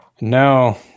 No